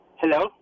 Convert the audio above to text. Hello